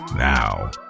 Now